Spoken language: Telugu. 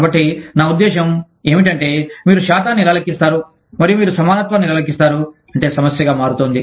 కాబట్టి నా ఉద్దేశ్యం ఏమిటంటే మీరు శాతాన్ని ఎలా లెక్కిస్తారు మరియు మీరు సమానత్వాన్ని ఎలా లెక్కిస్తారు అంటే సమస్యగా మారుతుంది